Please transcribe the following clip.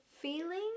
feeling